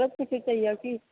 आरो से की कहलियै